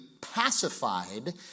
pacified